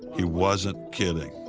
he wasn't kidding.